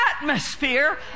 atmosphere